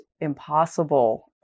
impossible